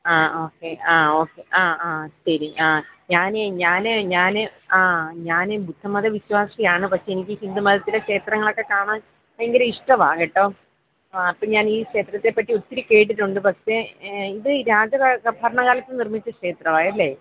ആ ഓക്കെ ആ ഓക്കെ ആ ആ ശരി ആ ഞാന് ഞാന് ഞാന് ആ ഞാന് ബുദ്ധമത വിശ്വാസിയാണ് പക്ഷേ എനിക്ക് ഹിന്ദുമതത്തിലെ ക്ഷേത്രങ്ങളൊക്കെ കാണാൻ ഭയങ്കര ഇഷ്ടമാണ് കേട്ടോ അപ്പോള് ഞാനീ ക്ഷേത്രത്തെ പറ്റി ഒത്തിരി കേട്ടിട്ടുണ്ട് പക്ഷേ ഇത് ഈ രാജ ഭരണകാലത്ത് നിർമിച്ച ക്ഷേത്രമാണ് അല്ലേ